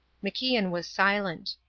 macian was silent.